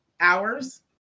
hours